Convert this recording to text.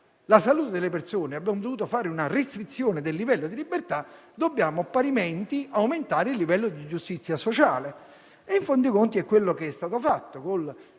la salute delle persone abbiamo dovuto fare una restrizione del livello di libertà, dobbiamo parimenti aumentare il livello di giustizia sociale e in fin dei conti è quello che è stato fatto